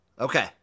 okay